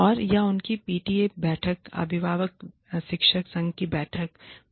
और या उनकी पीटीए बैठक अभिभावक शिक्षक संघ की बैठक है